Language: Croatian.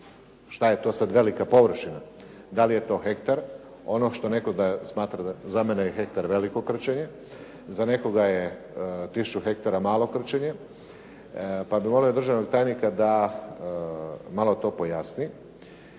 šta je to sad velika površina, da li je to hektar, ono što netko da smatra, za mene je hektar veliko krčenje, za nekoga je tisuću hektara malo krčenje, pa bi molio državnog tajnika da malo to pojasni.